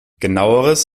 genaueres